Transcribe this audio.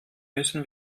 müssen